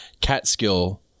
Catskill